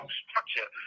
structure